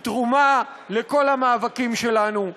היא תרומה לכל המאבקים שלנו.